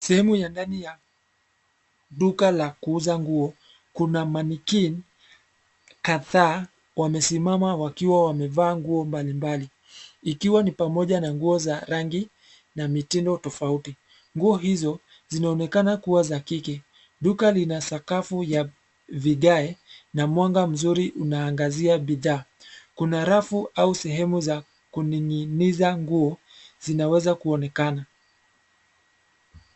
Sehemu ya ndani ya duka la kuuza nguo kuna mannequin kadhaa wamesimama wakiwa wamevaa nguo mbali mbali ikiwa ni pamoja na nguo za rangi na mitindo tofauti. Nguo hizo zinaonekana kuwa za kike. Duka lina sakafu ya vigae na mwanga mzuri unaangazia bidhaa. Kuna rafu au sehemu za kuninyiniza nguo zinaweza kuonekana.